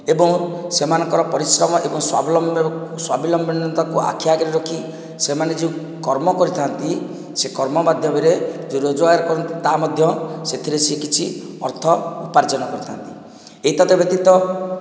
ଏବଂ ସେମାନଙ୍କର ପରିଶ୍ରମ ଏବଂ ସ୍ୱାବିଲମ୍ବିନିୟତା କୁ ଆଖି ଆଗରେ ରଖି ସେମାନେ ଯେଉଁ କର୍ମ କରିଥାନ୍ତି ସେ କର୍ମ ମାଧ୍ୟମରେ ଯେଉଁ ରୋଜଗାର କରନ୍ତି ତା ମଧ୍ୟ ସେ ସେଥିରେ କିଛି ଅର୍ଥ ଉପାର୍ଜନ କରିଥାନ୍ତି ଏତଦ୍ ବ୍ୟତୀତ